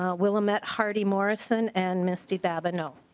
ah willamette hardy morrison and missy babineau.